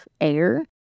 air